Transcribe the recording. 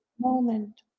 moment